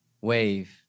wave